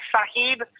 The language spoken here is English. Sahib